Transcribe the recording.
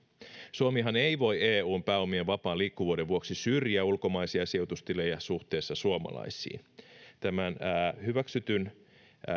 suomihan ei voi eun pääomien vapaan liikkuvuuden vuoksi syrjiä ulkomaisia sijoitustilejä suhteessa suomalaisiin tämän hyväksytyn